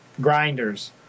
Grinders